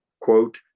quote